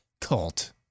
cult